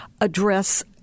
address